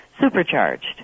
supercharged